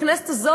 בכנסת הזאת,